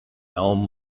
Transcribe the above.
elm